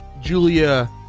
Julia